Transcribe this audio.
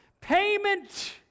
Payment